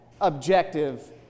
objective